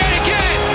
again